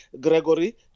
Gregory